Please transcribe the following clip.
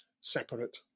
separate